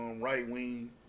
right-wing